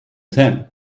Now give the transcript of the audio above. ten